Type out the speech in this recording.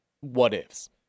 what-ifs